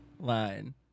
line